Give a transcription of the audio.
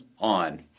on